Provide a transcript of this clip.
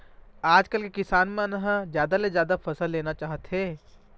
आजकाल के किसान मन ह जादा ले जादा फसल लेना चाहथे